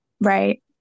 right